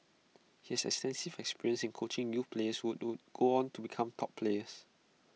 he has extensive experience in coaching youth players who would go on to become top players